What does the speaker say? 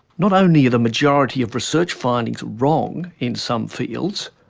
not only are the majority of research findings wrong in some fields,